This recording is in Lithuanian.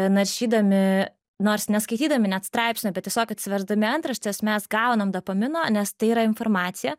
naršydami nors ne skaitydami net straipsnio bet tiesiog atsiversdami antraštes mes gaunam dopamino nes tai yra informacija